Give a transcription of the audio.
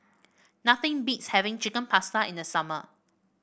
nothing beats having Chicken Pasta in the summer